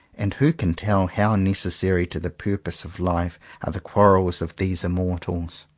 and who can tell how necessary to the purposes of life are the quarrels of these immortals?